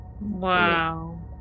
Wow